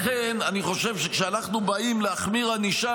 לכן אני חושב שכשאנחנו באים להחמיר ענישה,